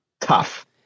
tough